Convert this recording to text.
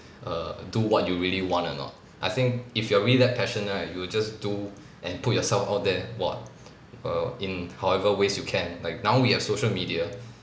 err do what you really want or not I think if you are really that passionate you will just do and put yourself out there what err in however ways you can like now we have social media